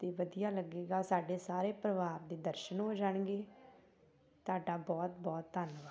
ਅਤੇ ਵਧੀਆ ਲੱਗੇਗਾ ਸਾਡੇ ਸਾਰੇ ਪਰਿਵਾਰ ਦੇ ਦਰਸ਼ਨ ਹੋ ਜਾਣਗੇ ਤੁਹਾਡਾ ਬਹੁਤ ਬਹੁਤ ਧੰਨਵਾਦ